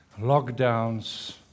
lockdowns